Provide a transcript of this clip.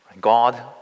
God